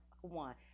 one